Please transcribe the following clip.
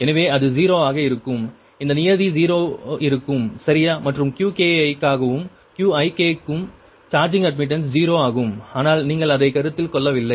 எனவே அது 0 ஆக இருக்கும் இந்த நியதி 0 இருக்கும் சரியா மற்றும் Qki க்காகவும் Qik இக்கும் சார்ஜிங் அட்மிட்டன்ஸ் 0 ஆகும் ஆனால் நீங்கள் அதை கருத்தில் கொள்ளவில்லை